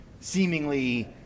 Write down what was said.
seemingly